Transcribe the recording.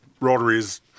Rotary's